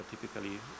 typically